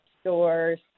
stores